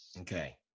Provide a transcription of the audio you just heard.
Okay